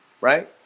right